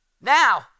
Now